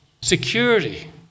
security